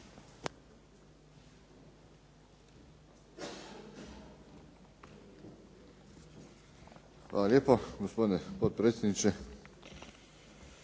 Hvala lijepa gospodine potpredsjedniče,